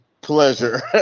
pleasure